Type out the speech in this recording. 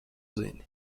zini